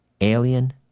Alien